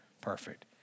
perfect